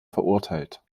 verurteilt